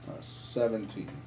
Seventeen